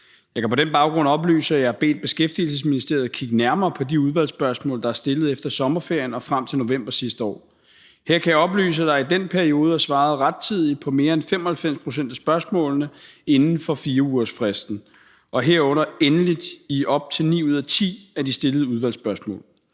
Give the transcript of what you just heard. Jeg kan på den baggrund oplyse, at jeg har bedt Beskæftigelsesministeriet kigge nærmere på de udvalgsspørgsmål, der er stillet efter sommerferien og frem til november sidste år. Her kan jeg oplyse, at der i den periode er svaret rettidigt på mere end 95 pct. af spørgsmålene inden for 4-ugersfristen og herunder endeligt på op til ni ud af ti af de stillede spørgsmål.